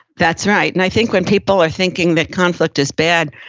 that's right. and i think when people are thinking that conflict is bad,